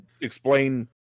explain